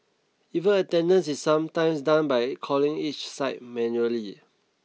even attendance is sometimes done by calling each site manually